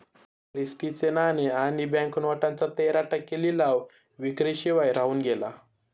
Christie चे नाणे आणि बँक नोटांचा तेरा टक्के लिलाव विक्री शिवाय राहून गेला